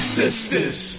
sisters